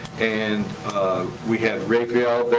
and we had rafael there,